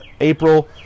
April